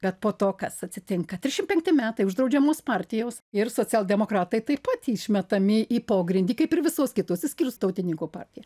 bet po to kas atsitinka trišim penkti metai uždraudžiamos partijos ir socialdemokratai taip pat išmetami į pogrindį kaip ir visos kitos išskyrus tautininkų partiją